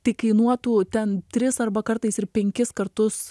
tai kainuotų ten tris arba kartais ir penkis kartus